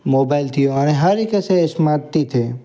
mobile थी वियो हाणे हर हिकु शइ स्माट थी थिए